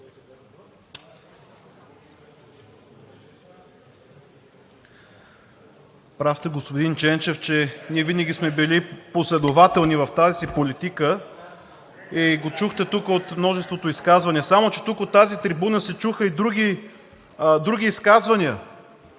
Прав сте, господин Ченчев, че ние винаги сме били последователни в тази си политика и го чухте тук от множеството изказвания. Само че тук от тази трибуна се чуха и други изказвания.